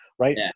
Right